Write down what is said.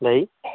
ଭାଇ